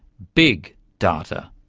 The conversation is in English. big data.